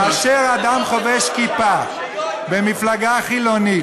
אני רוצה לתת משפט סיום ולומר: כאשר אדם חובש כיפה במפלגה חילונית,